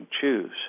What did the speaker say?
choose